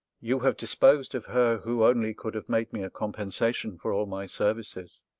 you have disposed of her who only could have made me a compensation for all my services.